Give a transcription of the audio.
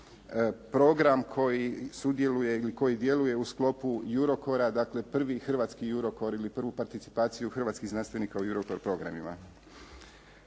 program koji sudjeluje ili koji djeluje u sklopu eurokora, dakle, prvi hrvatski eurokor, ili prvu participaciju hrvatskih znanstvenika u europekor programima.